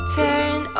turn